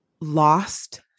lost